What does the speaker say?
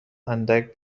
اندک